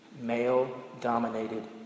male-dominated